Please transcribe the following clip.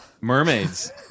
Mermaids